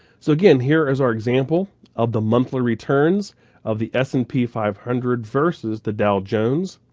so again, here is our example of the monthly returns of the s and p five hundred versus the dow jones.